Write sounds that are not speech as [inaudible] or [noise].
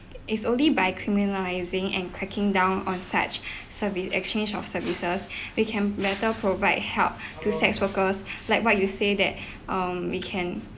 it's only by criminalising and cracking down on such [breath] servi~ exchange of services [breath] they can better provide help [breath] to sex workers [breath] like what you say that um we can